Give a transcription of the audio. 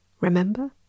remember